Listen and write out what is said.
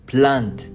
Plant